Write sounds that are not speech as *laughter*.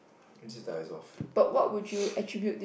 it just dies off *noise*